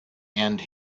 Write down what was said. and